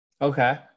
Okay